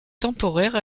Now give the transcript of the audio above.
temporaire